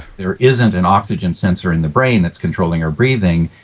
there isn't an oxygen sensor in the brain that's controlling our breathing,